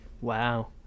Wow